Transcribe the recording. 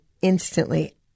instantly